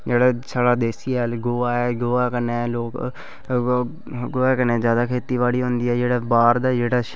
जेह्ड़ा साढ़ा देसी हैल गोहा ऐ एह्दे कन्नै गोहा कन्नै जादै खेतीबाड़ी होंदी ऐ बाह्र दा जेह्ड़ा